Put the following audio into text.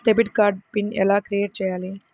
Debit card PIN ఎలా create చెయ్యాలి?